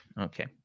Okay